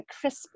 crisp